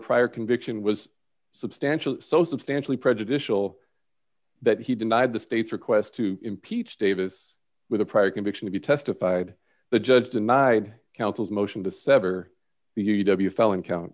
prior conviction was substantially so substantially prejudicial that he denied the state's request to impeach davis with a prior conviction if you testified the judge denied counsel's motion to sever the u w felony count